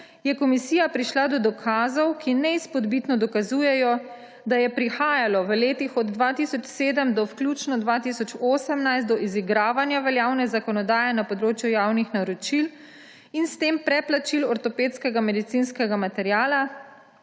je komisija prišla do dokazov, ki neizpodbitno dokazujejo, da je prihajalo v letih od 2007 do vključno 2018 do izigravanja veljavne zakonodaje na področju javnih naročil in s tem preplačil ortopedskega medicinskega materiala,